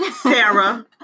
Sarah